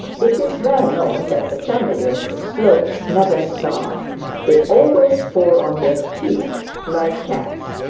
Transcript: it is well known that the family of the slopes never starve they always fall on their feet like cats,